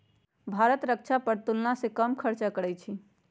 भारत रक्षा पर तुलनासे कम खर्चा करइ छइ